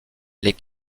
les